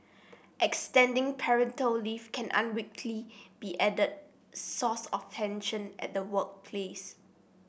extending parental leave can unwittingly be added source of tension at the workplace